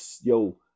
Yo